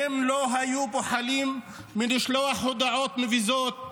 הם לא היו בוחלים בלשלוח הודעות מבזות.